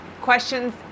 questions